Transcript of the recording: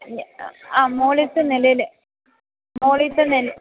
ഞ ആ മുകളിലത്തെ നിലയിൽ മുകളിലത്തെ നിലയിൽ